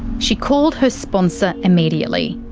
she called her sponsor immediately,